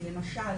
למשל